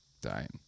dying